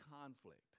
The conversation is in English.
conflict